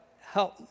help